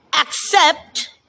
accept